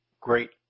Great